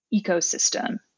Ecosystem